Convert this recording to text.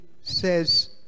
says